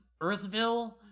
Earthville